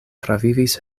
travivis